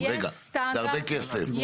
זה הרבה כסף,